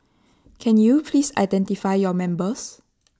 can you please identify your members